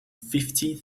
fifty